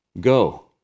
go